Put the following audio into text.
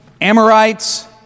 Amorites